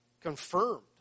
confirmed